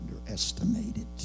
underestimated